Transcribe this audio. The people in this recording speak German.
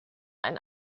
ein